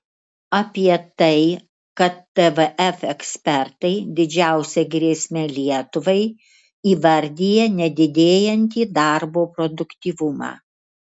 apie tai kad tvf ekspertai didžiausia grėsme lietuvai įvardija nedidėjantį darbo produktyvumą